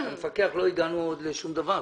עוד לא הגענו לשום דבר.